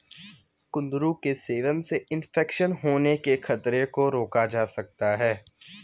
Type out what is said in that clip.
कुंदरू के सेवन से इन्फेक्शन होने के खतरे को रोका जा सकता है